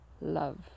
love